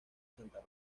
santa